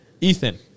Ethan